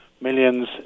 millions